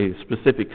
specific